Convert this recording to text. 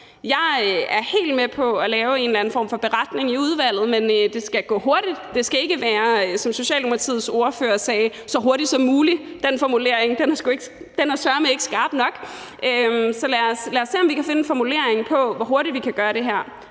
Jeg er helt med på at lave en eller anden form for beretning i udvalget, men det skal gå hurtigt; det skal ikke være, som Socialdemokratiets ordfører sagde, så hurtigt som muligt. Den formulering er søreme ikke skarp nok. Så lad os se, om vi kan finde en formulering af, hvor hurtigt vi kan gøre det her,